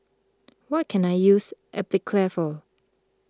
what can I use Atopiclair for